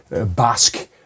Basque